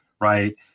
right